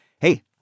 Hey